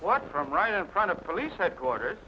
what from right in front of the police headquarters